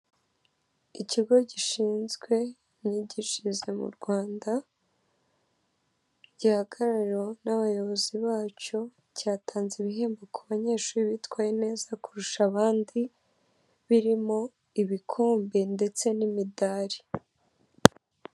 Ikigo gishinzwe imyigishirize mu Rwanda gihagarariwe n'abayobozi bacyo cyatanze ibihembo ku banyeshuri bitwaye neza kurusha abandi birimo ibikombe ndetse n'imidari.